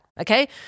okay